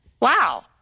wow